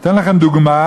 אני אתן לכם דוגמה: